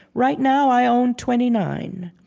right now i own twenty-nine.